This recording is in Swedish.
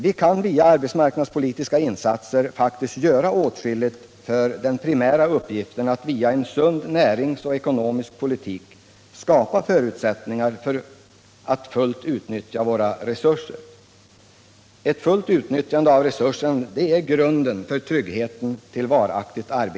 Vi kan genom arbetsmarknadspolitiska insatser faktiskt göra åtskilligt när det gäller den primära uppgiften att med en sund näringspolitik och en sund ekonomisk politik skapa förutsättningar för ett fullt utnyttjande av våra resurser. Ett fullt utnyttjande av resurserna är grunden för trygghet och varaktigt arbete.